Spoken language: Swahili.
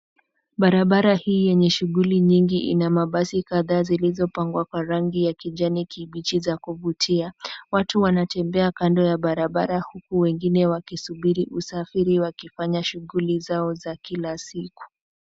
Barabara hii yenye shughuli nyingi ina mabasi kadhaa zilizopambwa kwa rangi ya kijani kibichi za kuvutia. Watu wanatembea kando ya barabara wengine huku wengine wakisuburi usafiri wakifanya shughuli zao za kila siku.